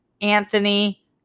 Anthony